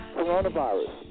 Coronavirus